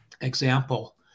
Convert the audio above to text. example